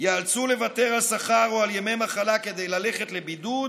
ייאלצו לוותר על שכר או על ימי מחלה כדי ללכת לבידוד